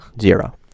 zero